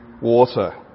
water